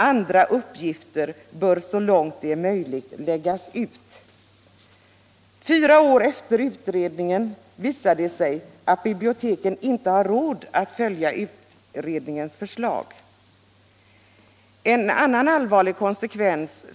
Andra uppgifter bör så långt det är möjligt läggas ut. Fyra år efter denna utredning visar det sig att biblioteken inte har råd att följa utredningens förslag. En annan allvarlig konsekvens.